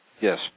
Yes